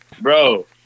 Bro